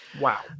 Wow